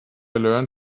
learn